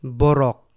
borok